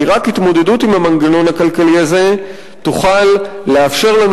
כי רק התמודדות עם המנגנון הכלכלי הזה תוכל לאפשר לנו